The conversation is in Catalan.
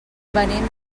venim